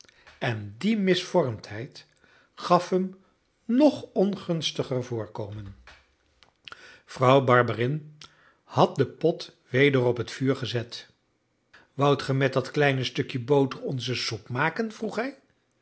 en die misvormdheid gaf hem nog ongunstiger voorkomen vrouw barberin had den pot weder op het vuur gezet woudt ge met dat kleine stukje boter onze soep maken vroeg